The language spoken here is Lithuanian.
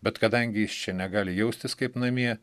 bet kadangi jis čia negali jaustis kaip namie